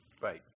Right